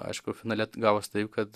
aišku finale gavos taip kad